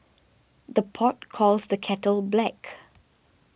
the pot calls the kettle black